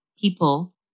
people